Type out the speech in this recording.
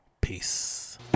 peace